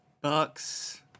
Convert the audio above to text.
bucks